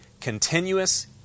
continuous